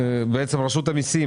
רשות המסים,